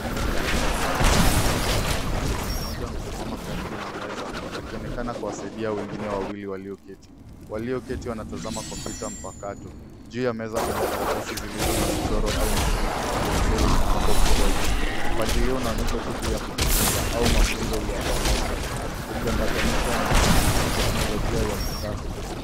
Watu watatu wapo katika mazingira ya darasa, mmoja amesimama karibu na meza akionekana kuwasidia wengine wawili walioketi. Juu ya meza kuna karatasi zilizo na michoro au maandishi, penseli na chombo kidogo. Mpangilio unaonyesha shughuli ya kujifunza, au mafunzo ya pamoja ikiambatanishwa na teknolojia ya kisasa.